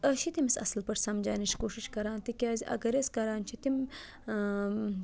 أسۍ چھِ تٔمِس اَصٕل پٲٹھۍ سَمجاونٕچ کوٗشِش کرَان تِکیٛازِ اَگر أسۍ کَران چھِ تِم